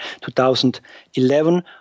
2011